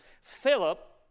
Philip